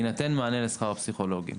יינתן מענה לשכר הפסיכולוגים.